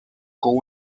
con